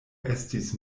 estis